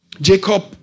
Jacob